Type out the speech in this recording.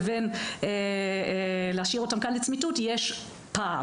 לבין להשאיר אותם כאן לצמיתות יש פער.